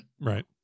Right